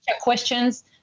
questions